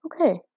okay